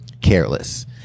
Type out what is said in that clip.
careless